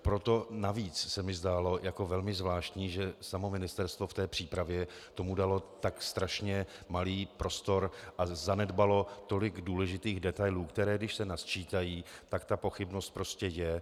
Proto navíc se mi zdálo velmi zvláštní, že samo ministerstvo v té přípravě tomu dalo tak strašně malý prostor a zanedbalo tolik důležitých detailů, které když se nasčítají, tak ta pochybnost prostě je.